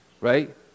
Right